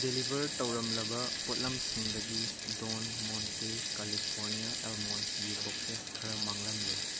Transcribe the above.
deliver ꯇꯧꯔꯝꯂꯕ ꯄꯣꯠꯂꯝꯁꯤꯡꯗꯒꯤ Don Monte California ꯑꯜꯃꯣꯟꯁꯒꯤ ꯕꯣꯛꯁꯦꯁ ꯈꯔ ꯃꯥꯡꯂꯝꯂꯦ